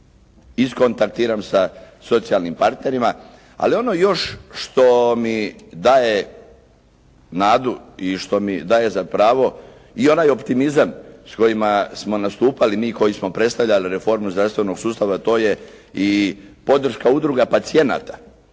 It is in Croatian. iskontaktiram sa socijalnim partnerima, ali ono još što mi daje nadu i što mi daje za pravo i onaj optimizam s kojima smo nastupali mi koji smo predstavljali reformu zdravstvenog sustava to je i podrška udruga pacijenata.